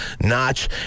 notch